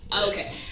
okay